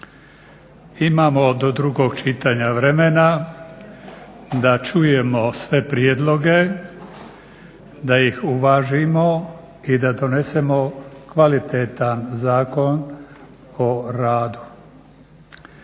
Imamo do drugog čitanja vremena da čujemo sve prijedloge, da ih uvažimo i da donesemo kvalitetan Zakon o radu.